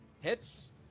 Hits